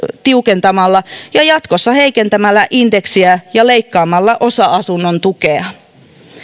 tiukentamalla ja jatkossa heikentämällä indeksiä ja leikkaamalla osa asunnon tukea